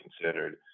considered